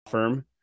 firm